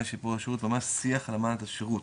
לשיפור השירות ממש שיח על אמנת השירות,